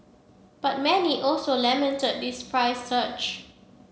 but many also lamented this price surge